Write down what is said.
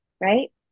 right